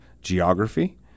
geography